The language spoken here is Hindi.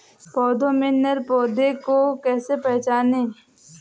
पौधों में नर पौधे को कैसे पहचानें?